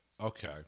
Okay